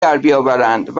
دربیاورند